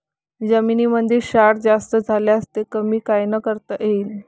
जमीनीमंदी क्षार जास्त झाल्यास ते कमी कायनं करता येईन?